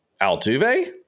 Altuve